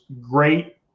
great